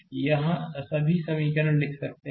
तो इस तरह से यह सभी समीकरण लिख सकते हैं